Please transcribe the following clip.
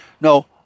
no